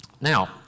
Now